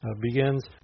begins